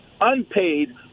unpaid